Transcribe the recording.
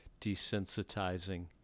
desensitizing